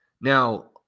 Now